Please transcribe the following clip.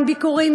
עם ביקורים,